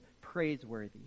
praiseworthy